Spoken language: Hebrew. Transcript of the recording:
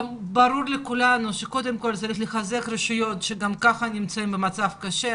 ברור לכולנו שקודם כל צריך לחזק רשויות שגם כך נמצאות במצב קשה,